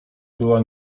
była